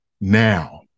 now